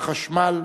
החשמל,